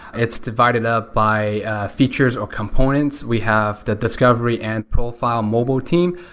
it's divided up by features or components. we have the discover and profile mobile team,